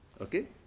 okay